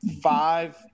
five